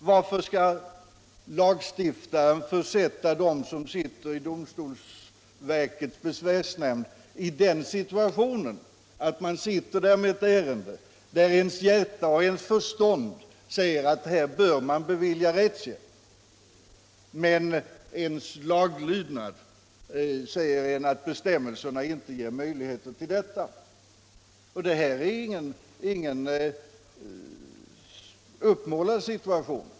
Varför skall lagstiftaren försätta dem som sitter i domstolsverkets besvärsnämnd i den situationen att de får sitta med ett ärende där deras hjärta och förstånd säger att de borde bevilja rättshjälp, medan deras laglydnad säger att bestämmelserna inte ger möjlighet till detta? Detta är ingen uppmålad situation.